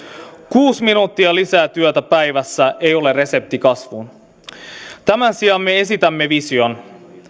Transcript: kuusi minuuttia lisää työtä päivässä ei ole resepti kasvuun tämän sijaan me esitämme vision